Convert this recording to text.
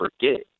forget